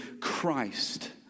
Christ